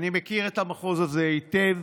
אני מכיר את המחוז הזה היטב.